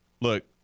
look